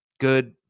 good